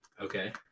Okay